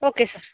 okay sir